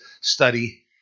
study